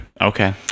Okay